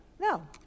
No